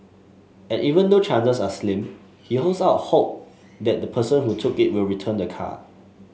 and even though chances are slim he holds out hope that the person who took it will return the card